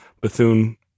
Bethune